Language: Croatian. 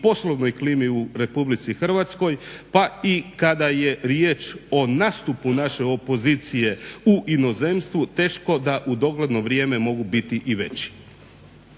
poslovnoj klimi u Republici Hrvatskoj pa i kada je riječ o nastupu naše opozicije u inozemstvu teško da u dogledno vrijeme mogu biti i veći.